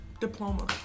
diploma